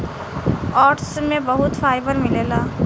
oats में बहुत fibre मिलेला